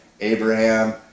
Abraham